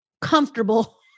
comfortable